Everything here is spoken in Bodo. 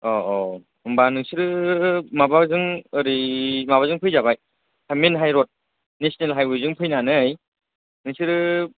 औ औ होनबा नोंसोरो माबाजों ओरै माबाजों फैजाबाय मेइन हाइरड नेसनेल हाइवेजों फैनानै नोंसोरो